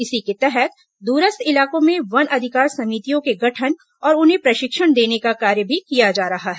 इसी को तहत दूरस्थ इलाकों में वन अधिकार समितियों के गठन और उन्हें प्रशिक्षण देने का कार्य भी किया जा रहा है